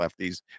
lefties